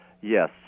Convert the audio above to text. Yes